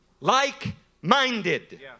like-minded